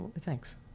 Thanks